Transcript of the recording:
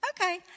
okay